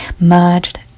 merged